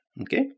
Okay